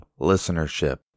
listenership